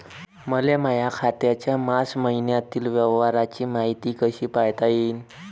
मले माया खात्याच्या मार्च मईन्यातील व्यवहाराची मायती कशी पायता येईन?